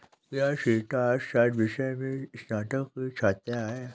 क्या सीता अर्थशास्त्र विषय में स्नातक की छात्रा है?